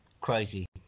Crazy